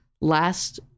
last